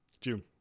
June